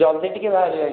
ଜଲ୍ଦି ଟିକେ ବାହାରିବେ ଆଜ୍ଞା